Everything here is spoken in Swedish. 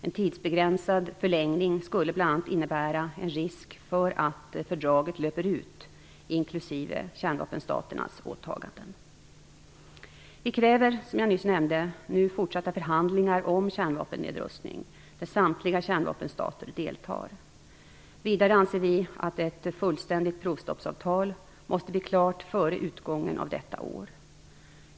En tidsbegränsad förlängning skulle bl.a. innebära en risk för att fördraget löper ut, inklusive kärnvapenstaternas åtaganden. Vi kräver nu, som jag nyss nämnde, fortsatta förhandlingar om kärnvapennedrustning, där samtliga kärnvapenstater deltar. Vidare anser vi att ett fullständigt provstoppsavtal måste bli klart före utgången av detta år.